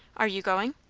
are you going?